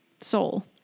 soul